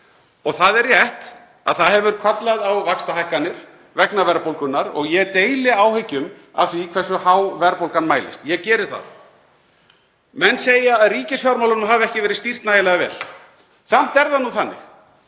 Það er rétt að það hefur kallað á vaxtahækkanir vegna verðbólgunnar og ég deili áhyggjum af því hversu há verðbólgan mælist. Ég geri það. Menn segja að ríkisfjármálunum hafi ekki verið stýrt nægilega vel. Samt er það nú þannig